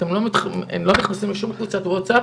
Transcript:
אתם לא נכנסים לשום קבוצת וואטסאפ